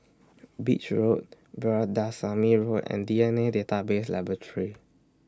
Beach Road Veerasamy Road and D N A Database Laboratory